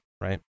right